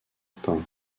peints